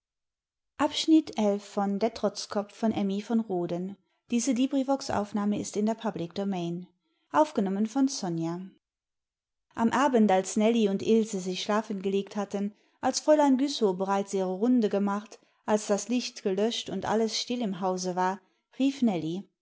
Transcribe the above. am abend als nellie und ilse sich schlafen gelegt hatten als fräulein güssow bereits ihre runde gemacht als das licht gelöscht und alles still im hause war rief